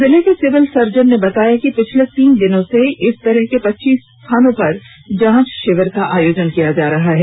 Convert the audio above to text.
जिले के civil surgeon ने बताया कि पिछले तीन दिनों से इस तरह से पच्चीस स्थानों पर जांच षिविर का आयोजन किया जा रहा है